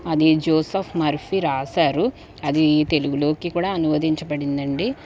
అది Joseph Murphy రాశారు అది తెలుగులోకి కూడా అనువదించబడిందండి